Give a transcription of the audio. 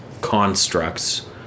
constructs